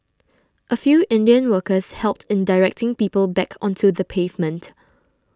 a few Indian workers helped in directing people back onto the pavement